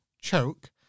Choke